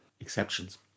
exceptions